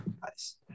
nice